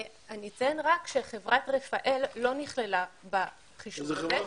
אני אציין רק שחברת רפא"ל לא נכללה בחישוב הזה,